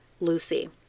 Lucy